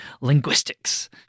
linguistics